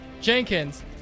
Jenkins